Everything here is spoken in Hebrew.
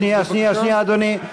שנייה, שנייה, אדוני.